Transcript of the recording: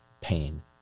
pain